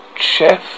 chef